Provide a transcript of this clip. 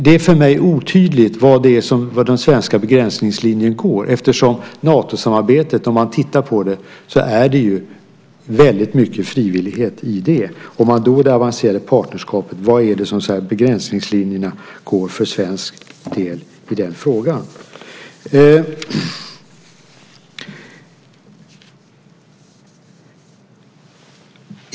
Det är för mig otydligt var den svenska begränsningslinjen går. Om man tittar på Natosamarbetet finns det nämligen väldigt mycket frivillighet i det. Med tanke på det avancerade partnerskapet undrar jag var begränsningslinjen för svensk del går vad gäller den frågan.